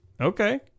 Okay